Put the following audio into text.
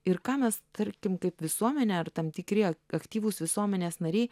ir ką mes tarkim kaip visuomenė ar tam tikri aktyvūs visuomenės nariai